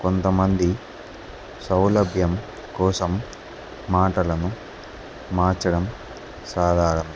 కొంతమంది సౌలభ్యం కోసం మాటలను మార్చడం సాధారం